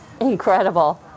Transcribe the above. incredible